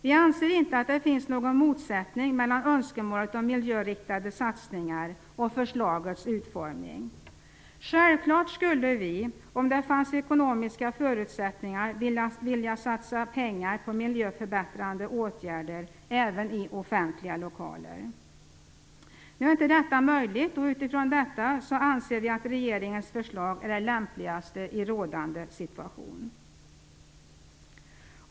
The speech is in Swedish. Vi anser inte att det finns någon motsättning mellan önskemålet om miljöinriktade satsningar och förslagets utformning. Självklart skulle vi, om det fanns ekonomiska förutsättningar, vilja satsa pengar på miljöförbättrande åtgärder även i offentliga lokaler. Nu är inte det möjligt, och utifrån detta anser vi att regeringens förslag är det lämpligaste i rådande situation.